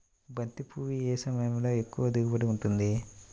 బంతి పువ్వు ఏ సమయంలో ఎక్కువ దిగుబడి ఉంటుంది?